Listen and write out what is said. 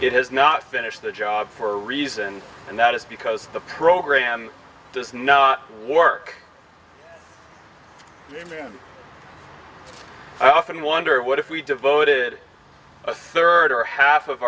it has not been it's the job for a reason and that is because the program does not work i often wonder what if we devoted a third or a half of